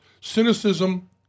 cynicism